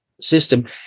system